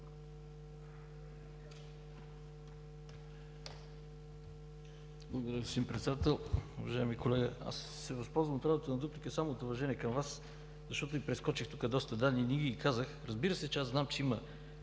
Благодаря Ви, господин Председател. Уважаеми колега, ще се възползвам от правото на дуплика само от уважение към Вас, защото прескочих доста данни, не Ви ги казах. Разбира се, че знам, че има